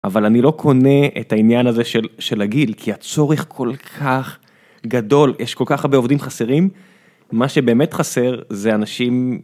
אבל אני לא קונה את העניין הזה של של הגיל כי הצורך כל כך גדול יש כל כך הרבה עובדים חסרים מה שבאמת חסר זה אנשים.